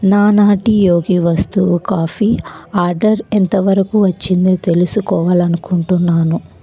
నా నాటి యోగి వస్తువు కాఫీ ఆర్డర్ ఎంతవరకు వచ్చిందో తెలుసుకోవాలనుకుంటున్నాను